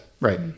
right